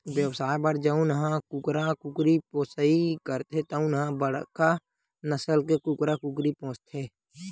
बेवसाय बर जउन ह कुकरा कुकरी पोसइ करथे तउन ह बड़का नसल के कुकरा कुकरी पोसथे